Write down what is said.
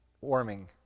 warming